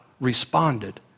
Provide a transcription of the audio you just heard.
responded